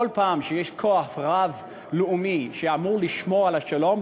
כל פעם שיש כוח רב-לאומי שאמור לשמור על השלום,